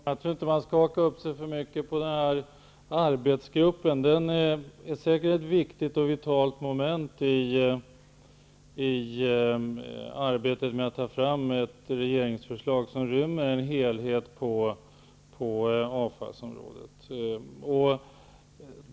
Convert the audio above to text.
Herr talman! Jag tror inte att man skall haka upp sig för mycket på detta med arbetsgruppen. Den är säkert ett viktigt och vitalt moment i arbetet med att ta fram ett regeringsförslag som rymmer ett helhetsgrepp på avfallsområdet.